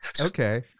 Okay